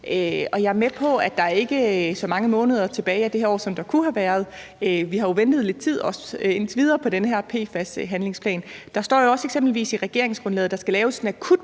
jeg er med på, at der ikke er så mange måneder tilbage af det her år, som der kunne have været, og vi har jo indtil videre også ventet lidt tid på den her PFAS-handlingsplan. Der står jo eksempelvis også i regeringsgrundlaget, at der skal laves en akutplan